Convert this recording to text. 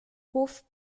hof